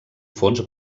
fons